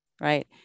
right